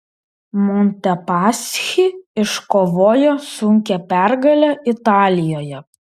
montepaschi iškovojo sunkią pergalę italijoje